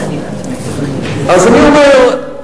אז אני אומר,